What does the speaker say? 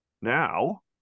now